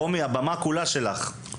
רומי, הבמה כולה שלך.